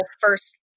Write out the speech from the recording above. first